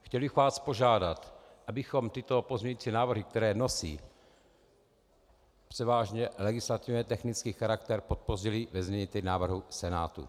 Chtěl bych vás požádat, abychom tyto pozměňovací návrhy, které nosí převážně legislativně technický charakter, podpořili ve znění návrhů Senátu.